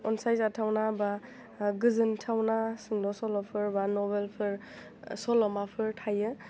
अनसाय जाथावना बा गोजोनथावना सुंद' सल'फोर बा नबेलफोर सल'माफोर थायो